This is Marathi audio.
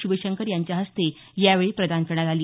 शिवशंकर यांच्या हस्ते यावेळी प्रदान करण्यात आली